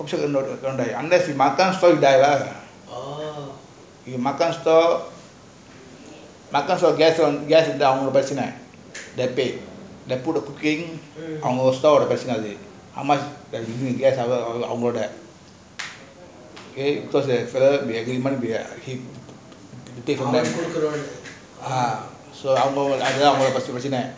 unless is your makan store the guest the guest down then pay அது அவங்க பிரேசனா:athu avanga preachana how much அது அவங்களோட பிரச்னை:athu avngaloda prechana over there okay agreement அவங்க குடுக்கணும்னு:aavanga kudukunumnu you pay from there ah that shop